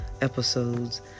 episodes